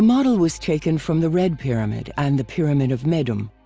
model was taken from the red pyramid and the pyramid of meidum.